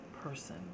person